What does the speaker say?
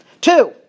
Two